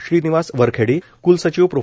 श्रीनिवास वरखेडी क्लसचिव प्रो